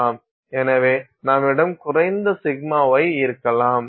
எனவே நம்மிடம் குறைந்த σy இருக்கலாம்